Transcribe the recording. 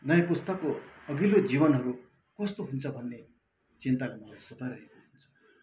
नयाँ पुस्ताको अघिल्लो जीवनहरू कस्तो हुन्छ भन्ने चिन्ताले मलाई सताइरहेको हुन्छ